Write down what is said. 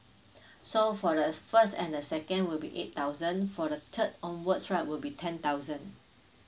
so for the first and the second will be eight thousand for the third onwards right would be ten thousand